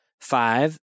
five